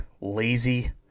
lazy